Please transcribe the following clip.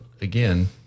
again